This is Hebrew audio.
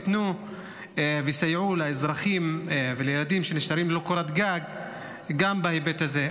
ייתנו ויסייעו לאזרחים ולילדים שנשארים ללא קורת גג גם בהיבט הזה.